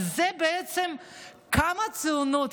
על זה בעצם קמה הציונות,